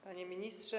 Panie Ministrze!